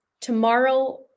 Tomorrow